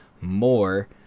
more